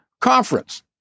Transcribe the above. conference